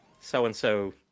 so-and-so